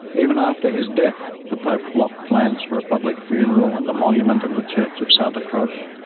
even after his death the pope blocked plans for a public funeral and a monument in the church of santa croce.